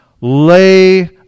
lay